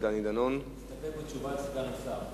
מסתפקת בתשובת סגן השר.